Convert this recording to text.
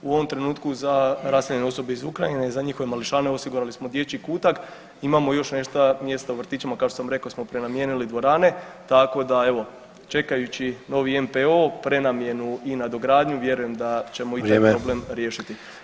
U ovom trenutku za raseljene osobe iz Ukrajine i za njihove mališane osigurali smo Dječji kutak, imamo još nešto mjesta u vrtićima kao što sam rekao smo prenamijenili dvorane, tako da evo čekajući novi NPO prenamjenu i nadogradnju vjerujem da ćemo [[Upadica Sanader: Vrijeme.]] i taj problem riješiti.